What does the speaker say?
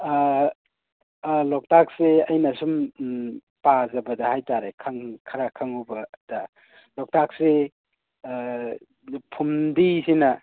ꯂꯣꯛꯇꯥꯛꯁꯦ ꯑꯩꯅ ꯁꯨꯝ ꯇꯥꯖꯕꯗ ꯍꯥꯏꯇꯔꯦ ꯈꯔ ꯈꯪꯍꯧꯕꯗ ꯂꯣꯛꯇꯥꯛꯁꯤ ꯐꯨꯝꯗꯤꯁꯤꯅ